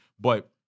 but-